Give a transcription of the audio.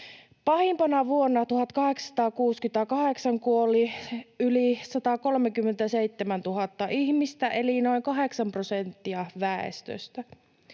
Pahimpana vuonna 1868 kuoli yli 137 000 ihmistä eli noin kahdeksan